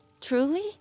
Truly